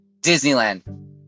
Disneyland